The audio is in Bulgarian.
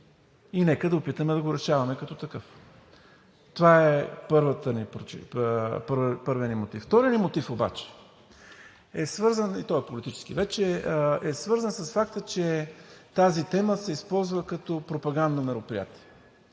Нека да опитаме да го решаваме като такъв. Това е първият ни мотив. Вторият ни мотив обаче – и той е политически вече – е свързан с факта, че тази тема се използва като пропагандно мероприятие,